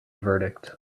verdict